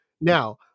Now